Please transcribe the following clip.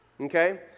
okay